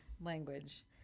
language